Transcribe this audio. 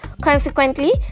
Consequently